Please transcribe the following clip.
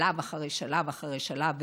שלב אחרי שלב אחרי שלב,